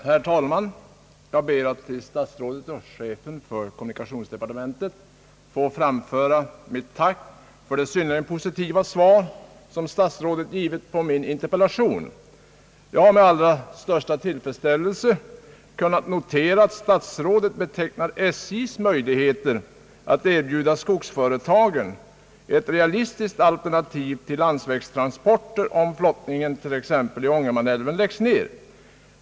Herr talman! Jag ber att till statsrådet och chefen för kommunikationsdepar tementet få framföra mitt tack för det synnerligen positiva svaret på interpellationen. Jag har med allra största tillfredsställelse kunnat notera, att statsrådet bekräftar SJ:s möjligheter att erbjuda skogsföretagen ett realistiskt alternativ till landsvägstransporter om flottningen i t.ex. Ångermanälven läggs ned.